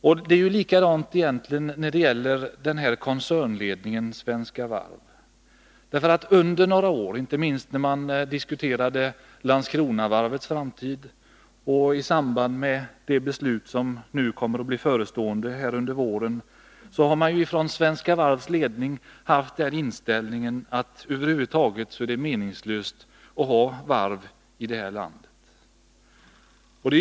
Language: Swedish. Samma inställning har koncernledningen i Svenska Varv. När man har diskuterat Landskronavarvets framtid i samband med det beslut som kommer att fattas under våren har man från Svenska Varvs ledning haft den inställningen att det över huvud taget är meningslöst att ha varv här i landet.